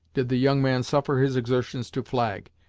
did the young man suffer his exertions to flag,